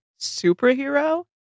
superhero